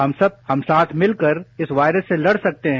हम साथ हम साथ मिलकर इस वायरस से लड़ सकते हैं